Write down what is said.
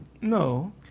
no